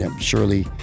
Surely